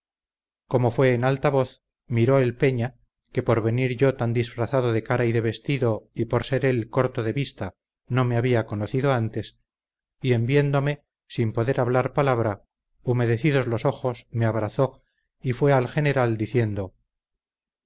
como fue en alta voz miró el peña que por venir yo tan disfrazado de cara y de vestido y por ser él corto de vista no me había conocido antes y en viéndome sin poder hablar palabra humedecidos los ojos me abrazó y fue al general diciendo